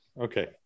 okay